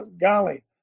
golly